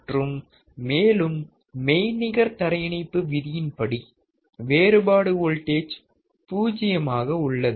மற்றும் மேலும் மெய்நிகர் தரையிணைப்பு விதியின் படி வேறுபாடு வோல்டேஜ் பூஜ்ஜியம் ஆக உள்ளது